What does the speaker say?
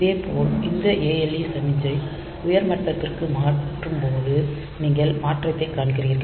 இதேபோல் இந்த ALE சமிக்ஞை உயர் மட்டத்திற்கு மாற்றும் போது நீங்கள் மாற்றத்தை காண்கிறீர்கள்